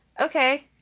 okay